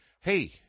Hey